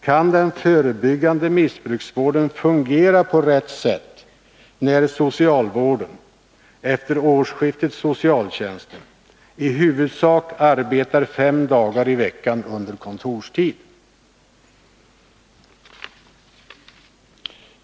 Kan den förebyggande missbruksvården fungera på rätt sätt när socialvården — efter årsskiftet socialtjänsten — i huvudsak arbetar fem dagar i veckan under kontorstid?